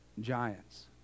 giants